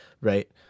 right